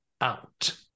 out